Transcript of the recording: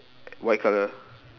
white colour